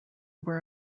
were